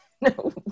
No